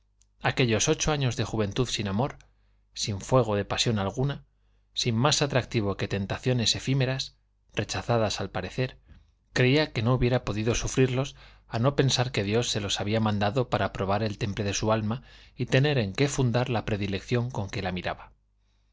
aquellos ocho años de juventud sin amor sin fuego de pasión alguna sin más atractivo que tentaciones efímeras rechazadas al aparecer creía que no hubiera podido sufrirlos a no pensar que dios se los había mandado para probar el temple de su alma y tener en qué fundar la predilección con que la miraba